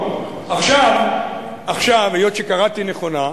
עכשיו, היות שקראתי נכונה,